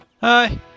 Hi